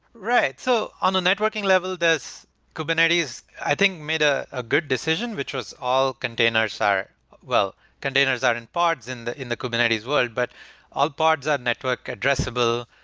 right. so on a networking level, kubernetes i think made ah a good decision which was all containers are well, containers are in parts in the in the kubernetes world, but all parts are network addressable.